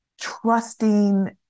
trusting